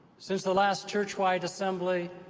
since the last churchwide assembly,